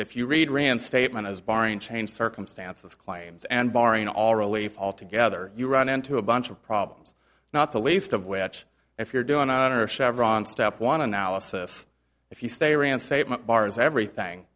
if you read rand's statement as barring change circumstances claims and barring all relief all together you run into a bunch of problems not the least of which if you're doing honor chevron step one analysis if you stay reinstatement bars everything